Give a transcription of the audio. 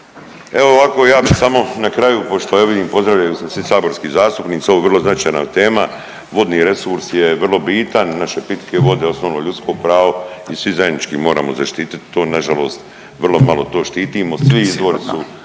Evo ovako ja bih samo na kraju pošto ja vidim pozdravljaju se svi saborski zastupnici. Ovo je vrlo značajna tema. Vodni resurs je vrlo bitan. Naše pitke vode, osnovno ljudsko pravo i svi zajednički moramo zaštititi. To na žalost vrlo malo to štitimo. Svi izvori su